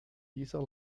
dieser